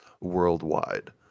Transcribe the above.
worldwide